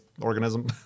organism